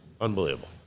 Unbelievable